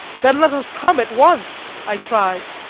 then let us come at once, i cried,